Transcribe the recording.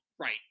right